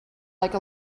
like